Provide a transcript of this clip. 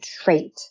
trait